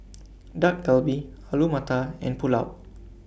Dak Galbi Alu Matar and Pulao